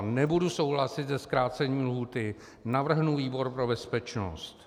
Nebudu souhlasit se zkrácením lhůty, navrhnu výbor pro bezpečnost.